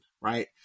right